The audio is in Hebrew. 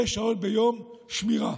שש שעות ביום שמירה.